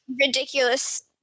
ridiculous